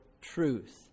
truth